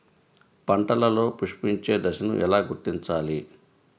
పంటలలో పుష్పించే దశను ఎలా గుర్తించాలి?